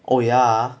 oh yeah